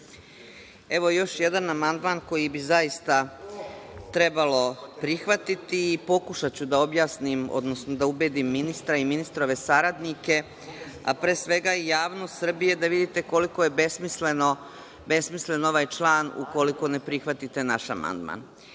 Evo još jedan amandman koji bi zaista trebalo prihvatiti i pokušaću da ubedim ministra i ministrove saradnike, a pre svega i javnost Srbije da vidite koliko je besmislen ovaj član ukoliko ne prihvatite naš amandman. Radi